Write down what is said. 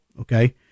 Okay